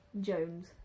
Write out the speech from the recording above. Jones